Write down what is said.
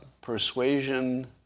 persuasion